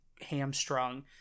hamstrung